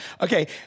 okay